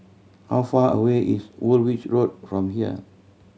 how far away is Woolwich Road from here